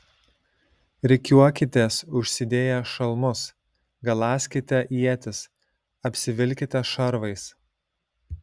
rikiuokitės užsidėję šalmus galąskite ietis apsivilkite šarvais